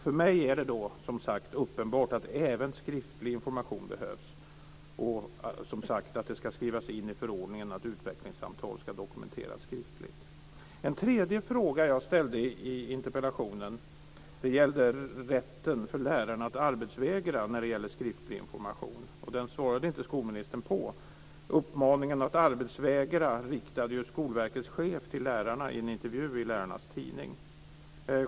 För mig är det, som sagt, uppenbart att även skriftlig information behövs och att det ska skrivas in i förordningen att utvecklingssamtal ska dokumenteras skriftligt. En tredje fråga som jag ställde i interpellationen gällde rätten för lärare att arbetsvägra i fråga om skriftlig information. Den frågan svarade skolministern inte på. Uppmaningen att arbetsvägra riktade ju Skolverkets chef till lärarna i en intervju i lärarnas tidning.